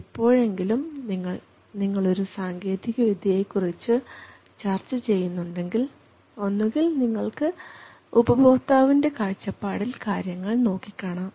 എപ്പോഴെങ്കിലും നിങ്ങളൊരു സാങ്കേതികവിദ്യയെക്കുറിച്ച് ചർച്ച ചെയ്യുന്നുണ്ടെങ്കിൽ ഒന്നുകിൽ നിങ്ങൾക്ക് ഉപഭോക്താവിനെ കാഴ്ചപ്പാടിൽ കാര്യങ്ങൾ നോക്കിക്കാണാം